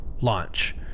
Launch